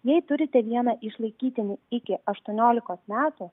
jei turite vieną išlaikytinį iki aštuoniolikos metų